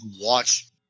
watch